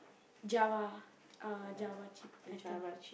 java uh java chip I think